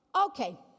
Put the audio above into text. Okay